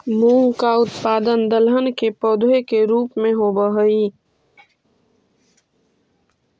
मूंग का उत्पादन दलहन के पौधे के रूप में होव हई